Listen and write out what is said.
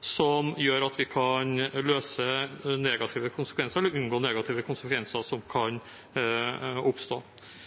som kan oppstå.